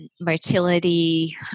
motility